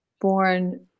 born